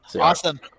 Awesome